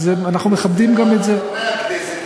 אז אנחנו מכבדים גם את זה.